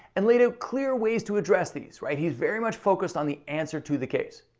and later clear ways to address these right. he's very much focused on the answer to the case.